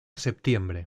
septiembre